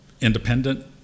independent